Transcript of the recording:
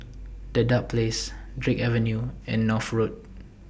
Dedap Place Drake Avenue and North Road